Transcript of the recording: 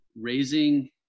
raising